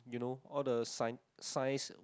you know all the scien~ science